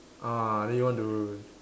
ah then you want to